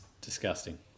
Disgusting